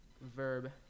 Verb